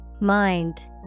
Mind